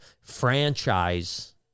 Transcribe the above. franchise